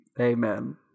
Amen